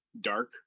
dark